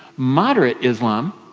moderate islam,